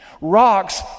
Rocks